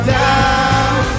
down